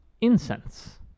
incense